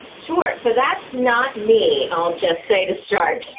sure, so that's not me, i'll just say to start.